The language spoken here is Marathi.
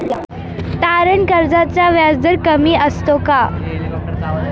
तारण कर्जाचा व्याजदर कमी असतो का?